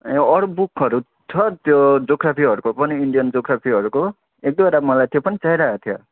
ए अरू बुकहरू छ त्यो ज्योग्राफी पनि इन्डियन ज्योग्राफीहरूको एक दुइवटा मलाई त्यो पनि चाहिरहेको थियो